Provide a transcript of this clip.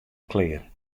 klear